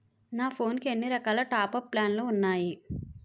నా ఫోన్ కి ఎన్ని రకాల టాప్ అప్ ప్లాన్లు ఉన్నాయి?